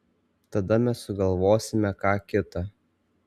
tada mes sugalvosime ką kita